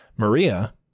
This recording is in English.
Maria